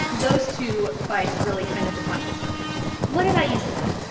those two fights really kind of defined it for me what about you, scott?